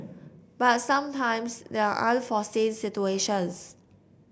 but sometimes there are unforeseen situations